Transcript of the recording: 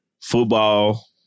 Football